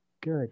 good